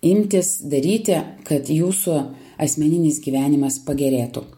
imtis daryti kad jūsų asmeninis gyvenimas pagerėtų